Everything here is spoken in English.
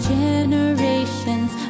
generations